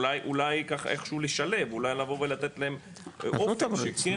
אולי איכשהו לשלב, אולי לבוא ולתת להם אופק שכן.